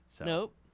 Nope